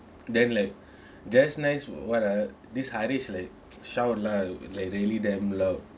then like just nice what are this haresh like shout lah like really damn loud